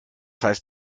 heißt